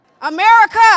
America